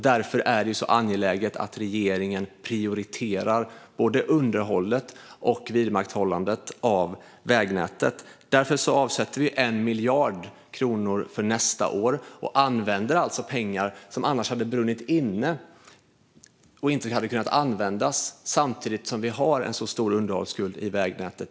Det är angeläget att regeringen prioriterar både underhåll och vidmakthållande av vägnätet, och vi avsätter därför 1 miljard kronor för nästa år. Vi använder alltså pengar som annars hade brunnit inne och inte kunnat användas samtidigt som vi har en stor underhållsskuld i vägnätet.